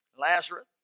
Lazarus